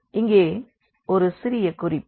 இங்கே ஒரு சிறிய குறிப்பு